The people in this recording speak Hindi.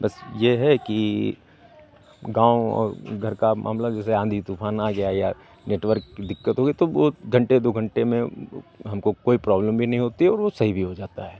बस ये है कि गाँव और घर का मामला जैसे आँधी तूफान आ गया या नेटवर्क की दिक्कत हो गई तो वो घंटे दो घंटे में वो हमको कोई प्रॉब्लम भी नहीं होती है और वो सही भी हो जाता है